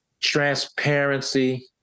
Transparency